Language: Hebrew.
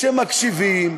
כשמקשיבים,